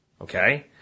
okay